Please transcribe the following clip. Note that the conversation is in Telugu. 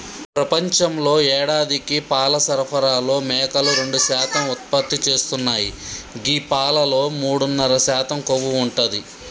ప్రపంచంలో యేడాదికి పాల సరఫరాలో మేకలు రెండు శాతం ఉత్పత్తి చేస్తున్నాయి గీ పాలలో మూడున్నర శాతం కొవ్వు ఉంటది